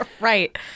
Right